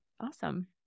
awesome